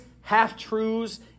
half-truths